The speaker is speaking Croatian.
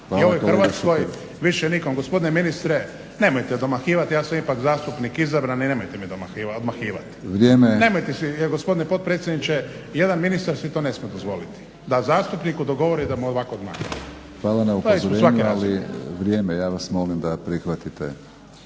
Hvala na upozorenju ali vrijeme ja vas molim da prihvatite.